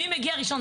מי מגיע ראשון,